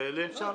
אגב.